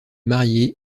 mariée